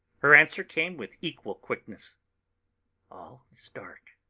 her answer came with equal quickness all is dark.